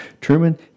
Truman